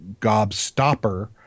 Gobstopper